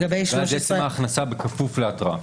ואז עצם ההכנסה היא בכפוף להתראה?